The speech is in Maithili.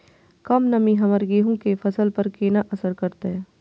कम नमी हमर गेहूँ के फसल पर केना असर करतय?